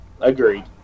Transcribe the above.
Agreed